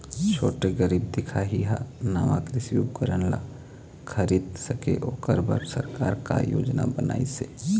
छोटे गरीब दिखाही हा नावा कृषि उपकरण ला खरीद सके ओकर बर सरकार का योजना बनाइसे?